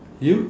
you